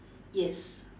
yes